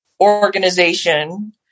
organization